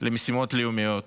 למשימות לאומיות,